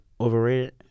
Overrated